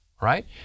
right